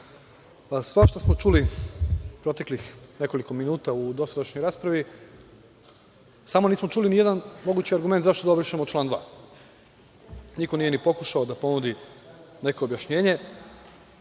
smo čuli u proteklih nekoliko minuta u dosadašnjoj raspravi, samo nismo čuli ni jedan mogući argument zašto da obrišemo član 2. Niko nije ni pokušao da ponudi neko objašnjenje.